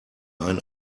ein